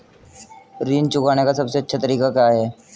ऋण चुकाने का सबसे अच्छा तरीका क्या है?